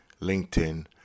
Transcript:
LinkedIn